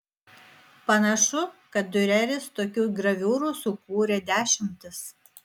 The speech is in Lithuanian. panašu kad diureris tokių graviūrų sukūrė dešimtis